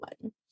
one